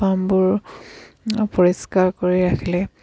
ফাৰ্মবোৰ পৰিষ্কাৰ কৰি ৰাখিলে